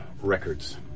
records